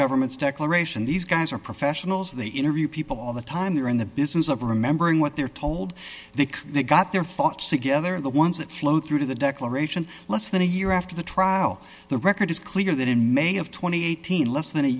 government's declaration these guys are professionals they interview people all the time they're in the business of remembering what they're told they can they got their thoughts together the ones that flow through the declaration less than a year after the trial the record is clear that in may of two thousand and eighteen less than a